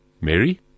Mary